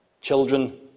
Children